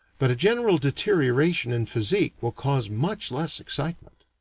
but a general deterioration in physique will cause much less excitement.